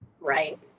Right